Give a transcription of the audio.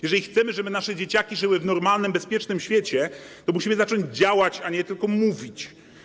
Jeżeli chcemy, żeby nasze dzieciaki żyły w normalnym, bezpiecznym świecie, to musimy zacząć działać, a nie tylko mówić.